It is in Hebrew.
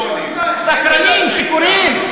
שקרנים, שיכורים.